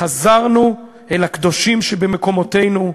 "חזרנו אל הקדושים שבמקומותינו,